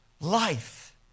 Life